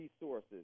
resources